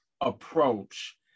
approach